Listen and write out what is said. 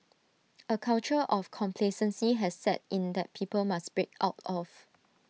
A culture of complacency has set in that people must break out of